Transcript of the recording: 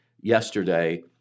yesterday